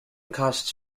costs